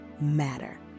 matter